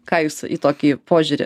ką jūs į tokį požiūrį